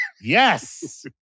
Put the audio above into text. Yes